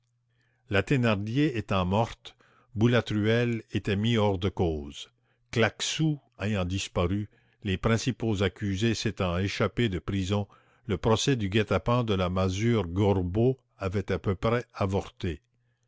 la thénardier étant morte boulatruelle étant mis hors de cause claquesous ayant disparu les principaux accusés s'étant échappés de prison le procès du guet-apens de la masure gorbeau avait à peu près avorté